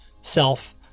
self